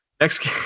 Next